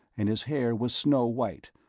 and his hair was snow-white,